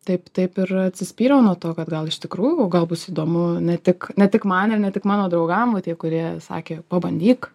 taip taip ir atsispyriau nuo to kad gal iš tikrųjų gal bus įdomu ne tik ne tik man ne tik mano draugam va tie kurie sakė pabandyk